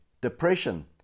Depression